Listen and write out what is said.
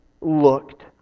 looked